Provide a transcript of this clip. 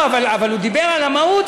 אבל הוא דיבר על המהות,